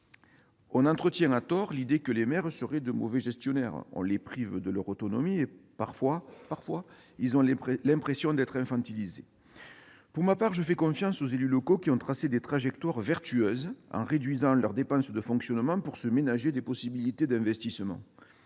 On entretient à tort l'idée que les maires seraient de mauvais gestionnaires, on les prive de leur autonomie et ils ont parfois le sentiment d'être infantilisés. Pour ma part, je fais confiance aux élus locaux qui ont tracé des trajectoires vertueuses en réduisant leurs dépenses de fonctionnement pour se ménager des possibilités d'investissement.